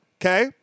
Okay